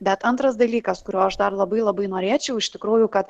bet antras dalykas kurio aš dar labai labai norėčiau iš tikrųjų kad